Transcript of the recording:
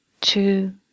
two